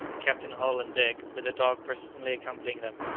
captain hull and dick, with the dog persistently accompanying them,